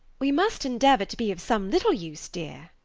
we must endeavour to be of some little use, dear.